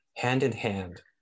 hand-in-hand